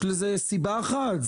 יש לזה סיבה אחת.